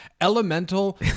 Elemental